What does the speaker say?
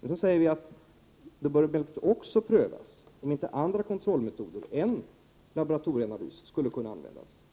Vidare säger vi i propositionen: Det bör emellertid också prövas om inte andra kontrollmetoder än laboratorieanalyser skulle kunna användas.